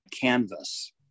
canvas